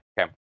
Okay